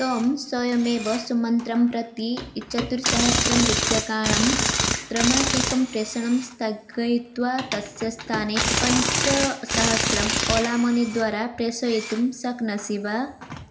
त्वं स्वयमेव सुमन्त्रं प्रति चतुस्सहस्रं रूप्यकाणि त्रैमासिकं प्रेषणं स्थगयित्वा तस्य स्थाने पञ्चसहस्रम् ओला मनी द्वारा प्रेषयितुं शक्नोषि वा